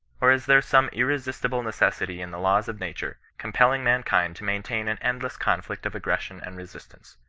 or is there some irre sistible necessity in the laws of nature, compelling man kind to maintain an endless conflict of aggression and resistance?